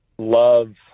love